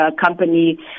company